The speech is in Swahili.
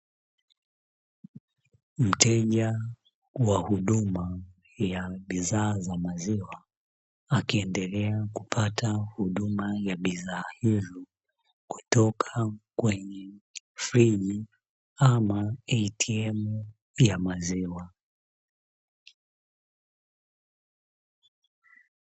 Mteja wa huduma ya bidhaa za maziwa akiendelea kupata huduma ya bidhaa hizo kutoka kwenye friji ama "ATM ya maziwa".